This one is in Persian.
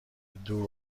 دور